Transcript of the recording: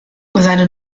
seine